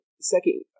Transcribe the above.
second